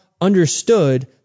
understood